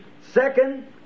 second